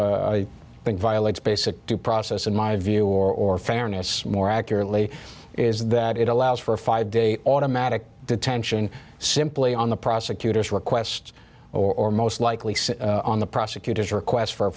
which violates basic due process in my view or fairness more accurately is that it allows for a five day automatic detention simply on the prosecutor's request or most likely sit on the prosecutor's request for a